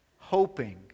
Hoping